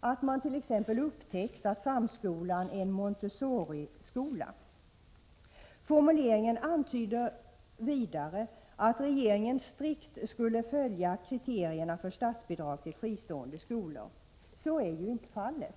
att man t.ex. upptäckt att samskolan är en Montessoriskola? Formuleringen antyder vidare att regeringen strikt skulle följa kriterierna för statsbidrag till fristående skolor. Men så är ju inte fallet.